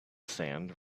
sand